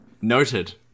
Noted